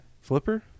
Flipper